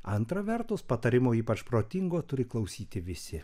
antra vertus patarimo ypač protingo turi klausyti visi